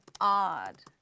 odd